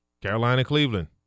Carolina-Cleveland